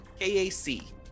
KAC